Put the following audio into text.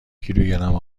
کیلوگرم